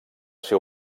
ser